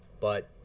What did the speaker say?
but